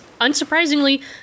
unsurprisingly